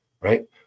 right